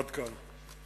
עד כאן.